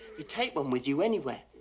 you take one with you anywhere,